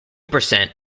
percent